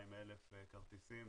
200,000 כרטיסים